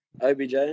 OBJ